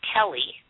Kelly